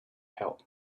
help